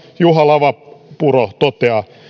juha lavapuro toteaa